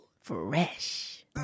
Fresh